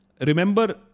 remember